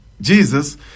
Jesus